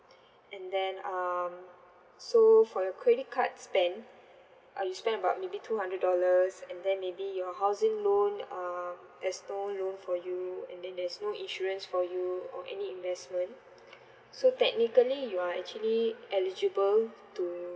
and then um so for your credit card spend uh you spend about maybe two hundred dollars and then maybe your housing loan um there's no loan for you and then there's no insurance for you or any investment so technically you are actually eligible to